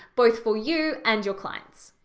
both for you and your clients.